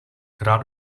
rád